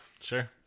Sure